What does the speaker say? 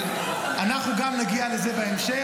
אנחנו גם נגיע לזה בהמשך,